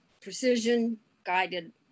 precision-guided